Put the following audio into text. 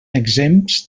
exempts